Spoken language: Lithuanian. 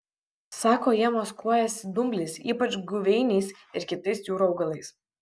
sako jie maskuojasi dumbliais ypač guveiniais ir kitais jūrų augalais